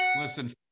Listen